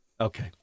Okay